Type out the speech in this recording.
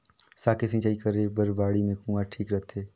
साग के सिंचाई करे बर बाड़ी मे कुआँ ठीक रहथे?